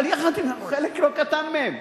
חלק, חלק לא קטן מהם.